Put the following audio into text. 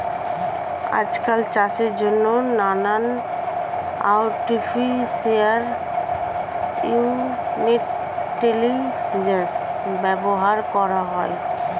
আজকাল চাষের জন্যে নানান আর্টিফিশিয়াল ইন্টেলিজেন্স ব্যবহার করা হয়